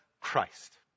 Christ